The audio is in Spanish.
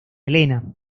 helena